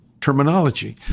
terminology